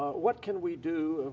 what can we do,